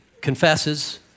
confesses